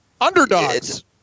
Underdogs